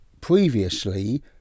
previously